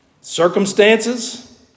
Circumstances